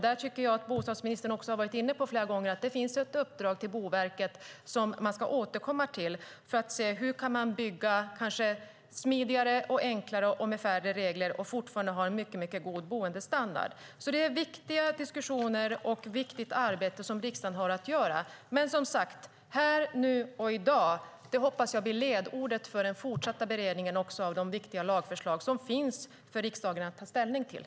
Där har bostadsministern flera gånger varit inne på att det finns ett uppdrag till Boverket som man ska återkomma till för att se hur det går att bygga smidigare, enklare, med färre regler och fortfarande ha en mycket god boendestandard. Det är viktiga diskussioner, och riksdagen har ett viktigt arbete att göra. Som sagt, jag hoppas att här, nu och i dag blir ledorden i den fortsatta beredningen av de viktiga lagförslag som riksdagen har att ta ställning till.